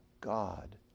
God